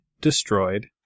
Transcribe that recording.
destroyed